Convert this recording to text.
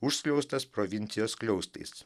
užskliaustas provincijos skliaustais